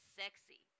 sexy